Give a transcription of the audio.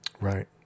Right